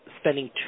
spending